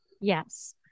Yes